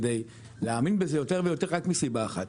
כדי להאמין בזה יותר ויותר רק מסיבה אחת.